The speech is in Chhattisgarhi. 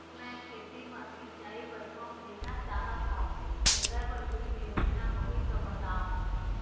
मैं खेती म सिचाई बर पंप लेना चाहत हाव, एकर बर कुछू योजना होही त बताव?